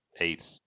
eight